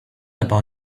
about